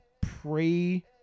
Pre